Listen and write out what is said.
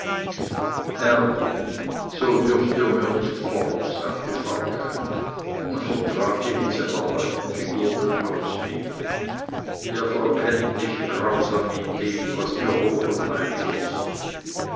so dürft ihr mir nicht fort sagte fausch und vertrat ihm mit seiner breiten figur den ausweg ihr verkennt mich grausam in dem was mir hoch und heilig ist